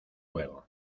luego